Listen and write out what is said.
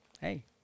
hey